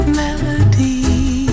melody